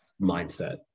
mindset